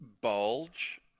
bulge